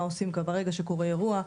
מה עושים ברגע שקורה אירוע,